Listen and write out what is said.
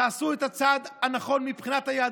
תעשו את הצעד הנכון מבחינת היהדות,